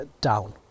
down